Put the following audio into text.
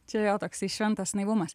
čia jo toksai šventas naivumas